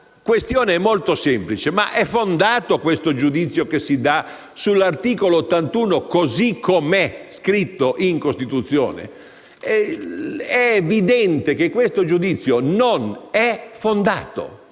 la questione è molto semplice: ma è fondato il giudizio che si dà sull'articolo 81 così come è scritto in Costituzione? È evidente che questo giudizio non è fondato,